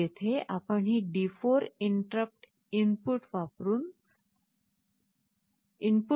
तर येथे आपण ही D4 इंटरप्ट इनपुट म्हणून वापरत आहोत